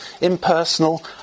impersonal